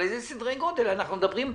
על אילו סדרי גודל אנחנו מדברים?